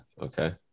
Okay